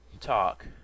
talk